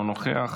אינו נוכח,